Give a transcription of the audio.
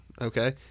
okay